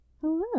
Hello